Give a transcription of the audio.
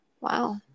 Wow